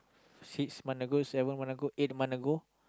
six month ago seven month ago eight month ago